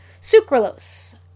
sucralose